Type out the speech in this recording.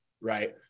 Right